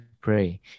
pray